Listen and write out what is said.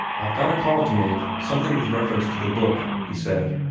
i've got a call to make something with reference to the book, he said.